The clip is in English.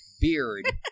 beard